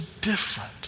different